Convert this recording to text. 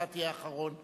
אתה תהיה אחרון.